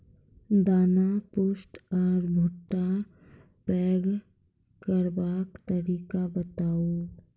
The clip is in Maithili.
दाना पुष्ट आर भूट्टा पैग करबाक तरीका बताऊ?